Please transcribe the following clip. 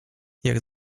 jak